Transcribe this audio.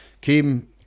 came